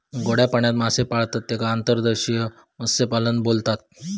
गोड्या पाण्यात मासे पाळतत तेका अंतर्देशीय मत्स्यपालन बोलतत